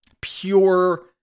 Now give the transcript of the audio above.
pure